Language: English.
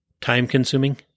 time-consuming